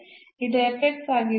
ಈ ಸಂದರ್ಭದಲ್ಲಿ ಬಹುಶಃ ಇದು ಸಾಧ್ಯ